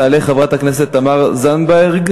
תעלה חברת הכנסת תמר זנדברג,